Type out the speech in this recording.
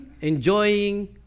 enjoying